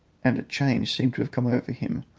and a change seemed to have come over him,